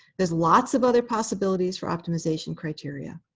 there's lots of other possibilities for optimization criteria.